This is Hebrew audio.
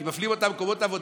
כי מפלים אותם במקומות עבודה,